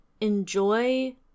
enjoy